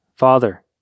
Father